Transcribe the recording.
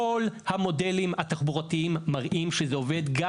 כל המודלים התחבורתיים מראים שזה עובד גם